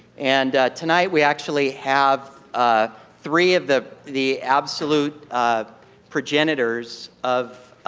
and tonight we actually have ah three of the the absolute progenitors of